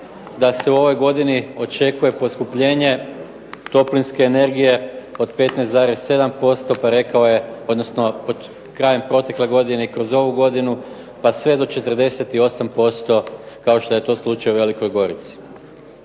da se u ovoj godini očekuje poskupljenje toplinske energije od 15,7% pa rekao je, odnosno krajem protekle godine, kroz ovu godinu pa sve do 48% kao što je to slučaj u Velikoj Gorici.